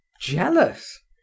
jealous